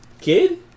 Kid